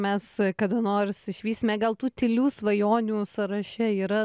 mes kada nors išvysime gal tų tylių svajonių sąraše yra